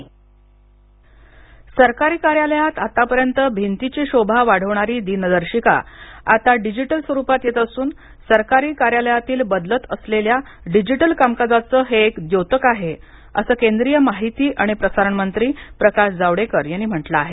प्रकाश जावडेकर सरकारी कार्यालयात आतापर्यंत भिंतींची शोभा वाढवणारी दिनदर्शिका आता डिजिटल स्वरुपात येत असून सरकारी कार्यालयातील बदलत असलेल्या डिजिटल कामकाजाच हे एक द्योतक आहे असं केंद्रीय माहिती आणि प्रसारण मंत्री प्रकाश जावडेकर यांनी म्हंटल आहे